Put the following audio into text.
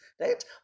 right